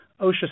OSHA